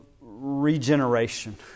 regeneration